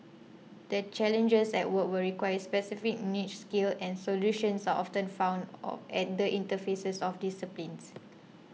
the challenges at work will require specific niche skills and solutions are often found at the interfaces of disciplines